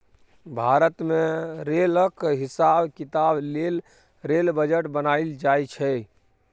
भारत मे रेलक हिसाब किताब लेल रेल बजट बनाएल जाइ छै